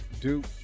Duke